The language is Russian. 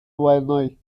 войной